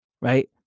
right